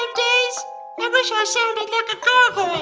um days, i wish i sounded like a gargoyle